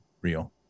real